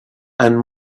and